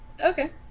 Okay